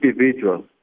individual